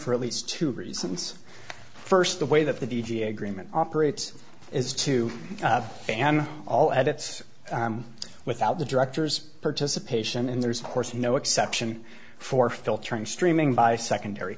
for at least two reasons first the way that the d g agreement operates is to ban all edits without the director's participation and there is of course no exception for filtering streaming by secondary